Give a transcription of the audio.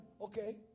Okay